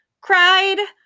Cried